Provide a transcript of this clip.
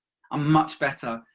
i'm much better,